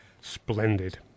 splendid